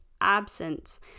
absence